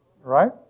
Right